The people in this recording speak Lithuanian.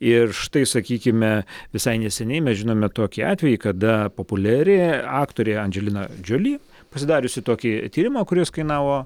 ir štai sakykime visai neseniai mes žinome tokį atvejį kada populiari aktorė andželina džioli pasidariusi tokį tyrimą kuris kainavo